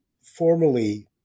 formally